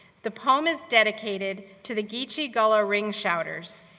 the poem is dedicated to the geechee gullah ring shouters,